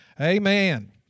Amen